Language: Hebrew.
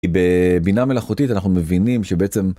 בבינה מלאכותית אנחנו מבינים שבעצם.